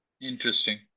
Interesting